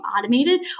automated